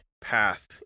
path